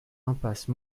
impasse